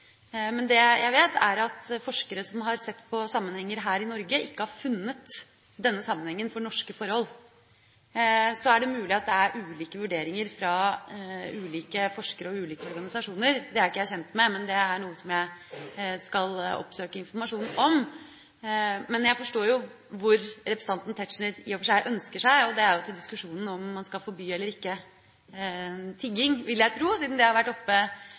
Det jeg vet, er at forskere som har sett på sammenhenger her i Norge, ikke har funnet denne sammenhengen for norske forhold. Så er det mulig at det er ulike vurderinger fra ulike forskere og ulike organisasjoner. Det er ikke jeg kjent med, men det er noe jeg skal oppsøke informasjon om. Men jeg forstår jo i og for seg hvor representanten Tetzschner ønsker seg, og det er til diskusjonen om hvorvidt vi skal forby tigging eller ikke, vil jeg tro, siden det har vært oppe